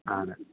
ആണ്